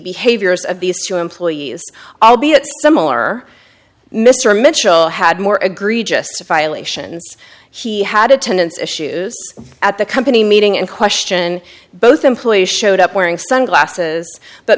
behaviors of these two employees albeit similar mr mitchell had more egregious violations he had attendance issues at the company meeting in question both employees showed up wearing sunglasses but